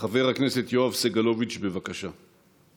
חבר הכנסת יואב סגלוביץ', בבקשה.